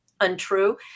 untrue